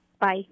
Bye